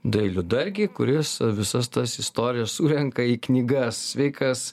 dailių dargį kuris visas tas istorijas surenka į knygas sveikas